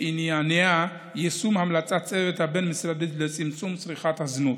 שעניינה יישום המלצות הצוות הבין-משרדי לצמצום צריכת הזנות,